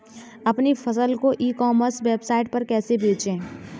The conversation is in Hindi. अपनी फसल को ई कॉमर्स वेबसाइट पर कैसे बेचें?